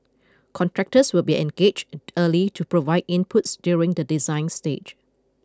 contractors will be engaged early to provide inputs during the design stage